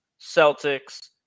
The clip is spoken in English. Celtics